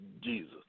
Jesus